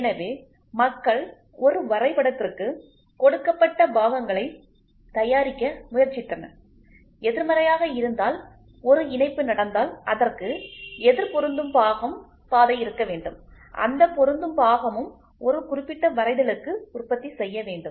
எனவே மக்கள் ஒரு வரைபடத்திற்கு கொடுக்கப்பட்ட பாகங்களை தயாரிக்க முயற்சித்தனர் எதிர்மறையாக இருந்தால் ஒரு இணைப்பு நடந்தால் அதற்கு எதிர் பொருந்தும் பாகம் பாதை இருக்க வேண்டும் அந்த பொருந்தும் பாகமும் ஒரு குறிப்பிட்ட வரைதலுக்கு உற்பத்தி செய்ய வேண்டும்